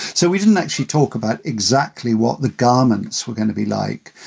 so we didn't actually talk about exactly what the garments were gonna be like,